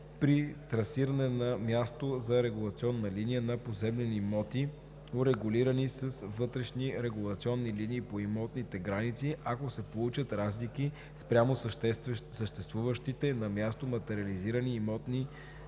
При трасиране на място на регулационна линия, на поземлени имоти, урегулирани с вътрешни регулационни линии по имотните граници, ако се получат разлики спрямо съществуващите на място материализирани имотни граници